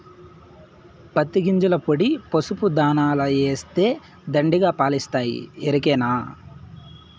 పత్తి గింజల పొడి పసుపు దాణాల ఏస్తే దండిగా పాలిస్తాయి ఎరికనా